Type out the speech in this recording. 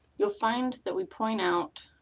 you'll find that we point out